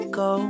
go